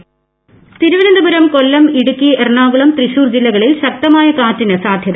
മഴ തിരുവനന്തപുരം കൊല്ലം ഇടുക്കി എറണാകുളം തൃശ്ശൂർ ജില്ലകളിൽ ശക്തമായ കാറ്റിന് സാധൃത